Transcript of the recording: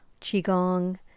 qigong